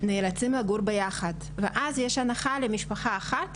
נאלצים לגור ביחד ואז יש הנחה למשפחה אחת,